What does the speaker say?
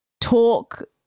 talk